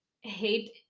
hate